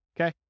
okay